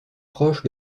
proche